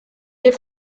les